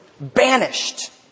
Banished